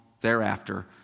thereafter